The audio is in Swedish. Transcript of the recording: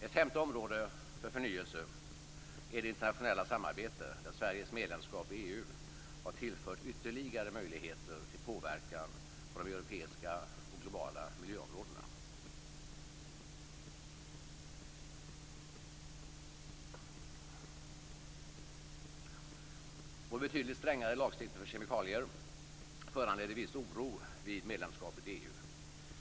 Ett femte område för förnyelse är det internationella samarbetet, där Sveriges medlemskap i EU har tillfört ytterligare möjligheter till påverkan på de europeiska och globala miljöområdena. Vår betydligt strängare lagstiftning för kemikalier föranledde en viss oro vid medlemskapet i EU.